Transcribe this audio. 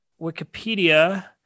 Wikipedia